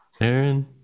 Aaron